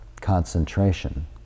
concentration